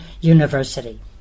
University